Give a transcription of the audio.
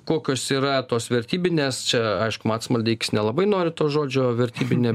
kokios yra tos vertybinės čia aišku matas maldeikis nelabai nori to žodžio vertybinė